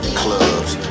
clubs